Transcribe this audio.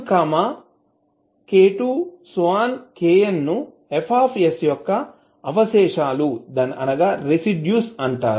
kn ను F యొక్క అవశేషాలు అంటారు